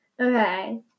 Okay